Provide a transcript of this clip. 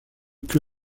que